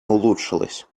улучшилось